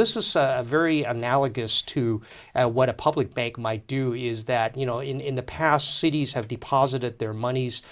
this is very analogous to what a public bank might do is that you know in in the past cities have deposited their monies